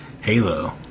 Halo